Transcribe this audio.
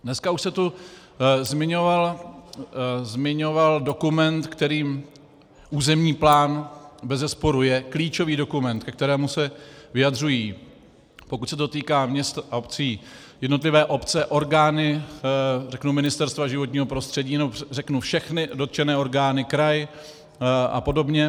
Dneska už se tu zmiňoval dokument, kterým územní plán bezesporu je, klíčový dokument, ke kterému se vyjadřují, pokud se to týká měst a obcí, jednotlivé obce, orgány Ministerstva životního prostředí, nebo řeknu všechny dotčené orgány, kraj a podobně.